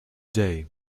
day